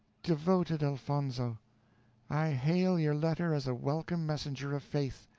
devoted elfonzo i hail your letter as a welcome messenger of faith,